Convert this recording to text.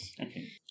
Okay